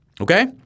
Okay